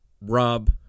rob